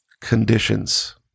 conditions